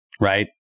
right